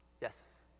Yes